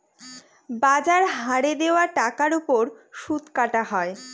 বাজার হারে দেওয়া টাকার ওপর সুদ কাটা হয়